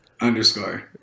Underscore